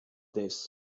this